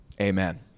Amen